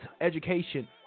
education